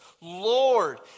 Lord